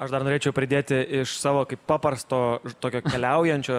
aš dar norėčiau pridėti iš savo kaip paprasto tokio keliaujančio